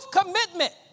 commitment